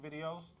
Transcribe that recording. videos